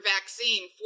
vaccine